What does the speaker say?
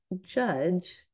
judge